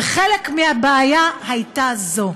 וחלק מהבעיה הייתה זו.